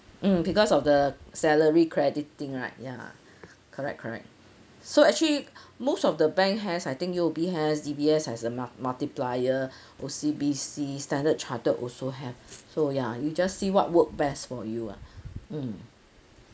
mm because of the salary credit thing right ya correct correct so actually most of the bank has I think U_O_B has D_B_S has a mul~ multiplier O_C_B_C standard chartered also have so ya you just see what work best for you ah um